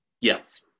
Yes